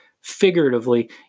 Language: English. figuratively